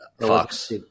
Fox